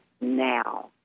now